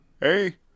hey